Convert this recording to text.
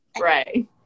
Right